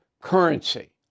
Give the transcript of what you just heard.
currency